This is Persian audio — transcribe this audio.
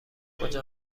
کجا